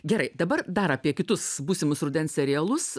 gerai dabar dar apie kitus būsimus rudens serialus